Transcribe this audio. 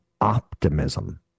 optimism